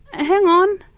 ah hang on,